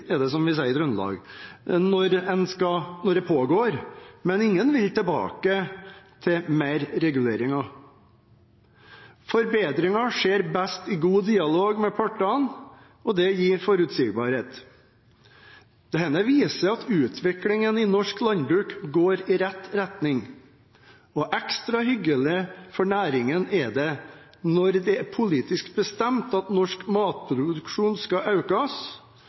er det, som vi sier i Trøndelag, når det pågår, men ingen vil tilbake til mer regulering. Forbedringer skjer best i god dialog med partene, og det gir forutsigbarhet. Dette viser at utviklingen i norsk landbruk går i rett retning. Ekstra hyggelig for næringen er det når det er politisk bestemt at norsk matproduksjon skal økes.